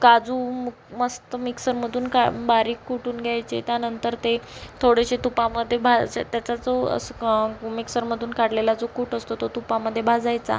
काजू मस्त मिक्सरमधून का बारीक कुटून घ्यायचे त्यानंतर ते थोडेसे तुपामध्ये भाजा त्याचा जो मिक्सरमधून काढलेला जो कूट असतो तो तुपामध्ये भाजायचा